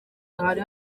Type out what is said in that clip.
hari